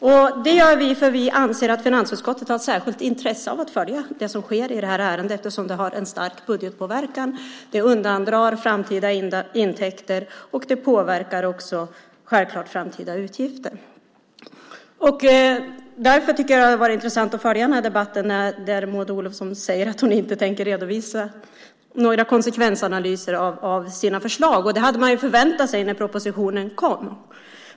Detta gör vi därför att vi anser att finansutskottet har ett särskilt intresse av att följa det som sker i detta ärende eftersom det har en stark påverkan på budgeten, det undandrar framtida intäkter, och det påverkar också självklart framtida utgifter. Därför tycker jag att det har varit intressant att följa denna debatt där Maud Olofsson säger att hon inte tänker redovisa några konsekvensanalyser av sina förslag. Det hade man förväntat sig när propositionen kom.